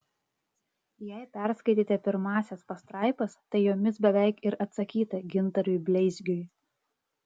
jei perskaitėte pirmąsias pastraipas tai jomis beveik ir atsakyta gintarui bleizgiui